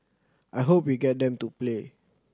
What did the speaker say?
I hope we get them to play